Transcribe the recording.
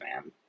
man